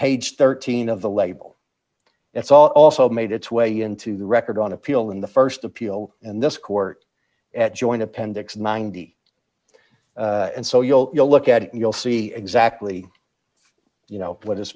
page thirteen of the label it's also made its way into the record on appeal in the st appeal and this court at joint appendix ninety and so you'll you'll look at it and you'll see exactly you know what i